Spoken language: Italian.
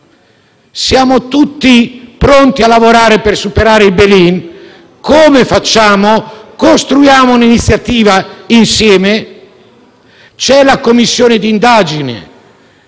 Siamo tutti pronti a lavorare per superare il *bail in*? Come facciamo? Costruiamo un'iniziativa insieme. C'è l'attività di indagine